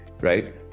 right